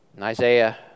Isaiah